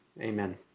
Amen